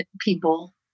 people